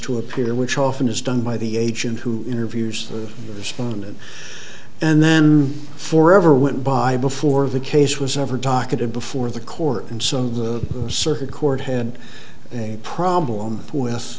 to appear which often is done by the agent who interviews the respondent and then for ever went by before the case was over talkative before the court and some of the circuit court had a problem with